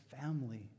family